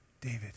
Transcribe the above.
David